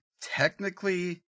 Technically